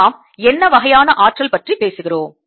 நாம் என்ன வகையான ஆற்றல் பற்றி பேசுகிறோம்